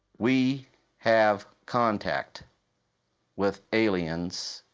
we have contact with aliens,